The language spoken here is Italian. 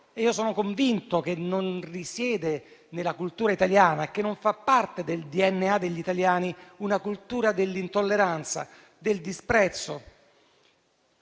e io sono convinto che non risiede nella cultura italiana e che non fa parte del DNA degli italiani una cultura dell'intolleranza, del disprezzo.